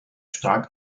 stark